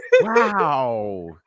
Wow